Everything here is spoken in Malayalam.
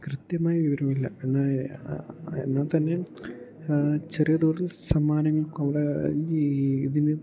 കൃത്യമായ വിവരമില്ല എന്നാൽ എന്നാൽ തന്നെ ചെറിയ തോതിൽ സമ്മാനങ്ങൾക്ക് ഇവിടെ ഈ ഇതിന്